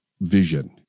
vision